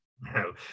no